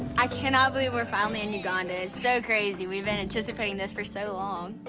i cannot believe we're finally in uganda. it's so crazy, we've been anticipating this for so long.